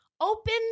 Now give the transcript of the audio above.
open